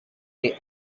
day